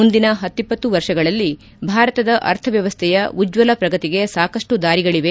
ಮುಂದಿನ ಹತ್ತಿಪ್ಪತ್ತು ವರ್ಷಗಳಲ್ಲಿ ಭಾರತದ ಅರ್ಥ ವ್ವವಸ್ಥೆಯ ಉಜ್ವಲ ಪ್ರಗತಿಗೆ ಸಾಕಷ್ಟು ದಾರಿಗಳವೆ